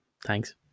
Thanks